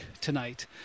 tonight